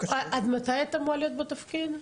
עד מתי את אמורה להיות בתפקיד?